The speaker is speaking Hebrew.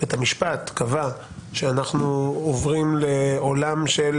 בית המשפט קבע שאנחנו עוברים לעולם של